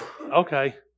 okay